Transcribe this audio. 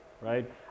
right